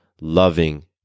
loving